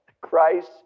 Christ